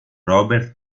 robert